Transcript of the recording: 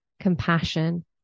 compassion